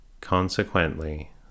Consequently